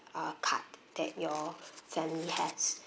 uh card that your family has